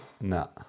no